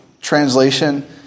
translation